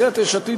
סיעת יש עתיד,